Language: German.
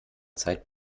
zeit